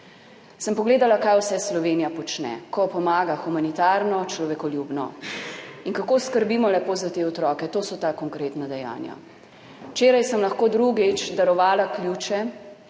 Sem pogledala, kaj vse Slovenija počne, ko pomaga humanitarno, človekoljubno in kako skrbimo lepo za te otroke - to so ta konkretna dejanja. Včeraj sem lahko drugič darovala ključe,